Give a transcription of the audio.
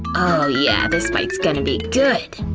oh yeah, this bite's gonna be good!